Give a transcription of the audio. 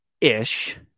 ish